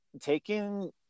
taking